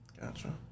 Gotcha